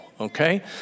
okay